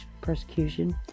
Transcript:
persecution